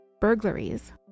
burglaries